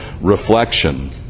reflection